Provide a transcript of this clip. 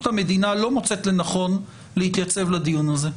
המדינה לא מוצאת לנכון להתייצב לדיון הזה.